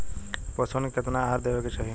पशुअन के केतना आहार देवे के चाही?